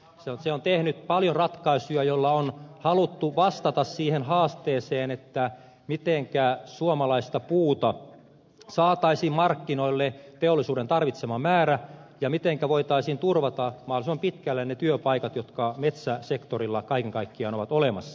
se on tehnyt paljon ratkaisuja joilla on haluttu vastata siihen haasteeseen mitenkä suomalaista puuta saataisiin markkinoille teollisuuden tarvitsema määrä ja mitenkä voitaisiin turvata mahdollisimman pitkälle ne työpaikat jotka metsäsektorilla kaiken kaikkiaan ovat olemassa